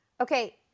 Okay